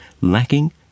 lacking